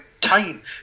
time